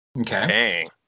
Okay